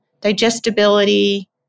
digestibility